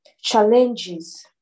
challenges